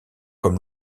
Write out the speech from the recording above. comme